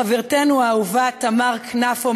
חברתנו האהובה תמר כנפו,